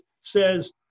says